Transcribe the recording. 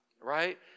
right